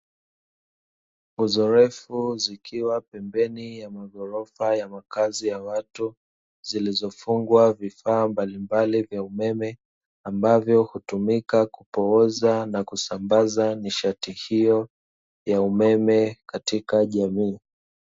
Nguzo refu zikiwa pembeni ya magorofa ya makazi ya watu zilizofungwa vifaa mbalimbali vya umeme, ambavyo hutumika kupooza na kusambaza nishati hiyo ya umeme katika jamii.